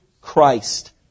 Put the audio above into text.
Christ